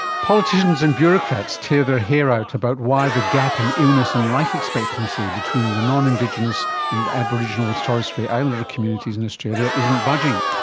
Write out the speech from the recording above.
politicians and bureaucrats tear their hair out about why the gap in illness and life expectancy between the non-indigenous and aboriginal and torres strait islander communities in australia isn't budging.